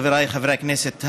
חבריי חברי הכנסת,